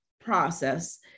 process